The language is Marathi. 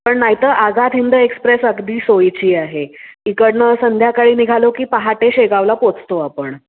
पण नाहीतर आझाद हिंद एक्सप्रेस अगदी सोयीची आहे इकडनं संध्याकाळी निघालो की पहाटे शेगावला पोहचतो आपण